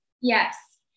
Yes